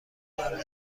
موفقیت